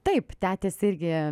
taip tetis irgi